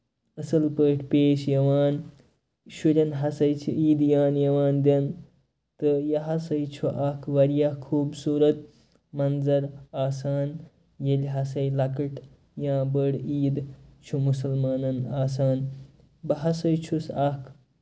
اَصٕل پٲٹھۍ پیش یوان شُرین ہسا چھِ عیدِیان یِوان دِنہٕ تہٕ یہِ ہسا چھُ اکھ واریاہ خوٗبصوٗرت منٛظر آسان ییٚلہِ ہسا لۄکٔٹۍ یا بٔڑۍ عیٖد چھُ مُسلمَنن آسان بہٕ ہسا چھُس اکھ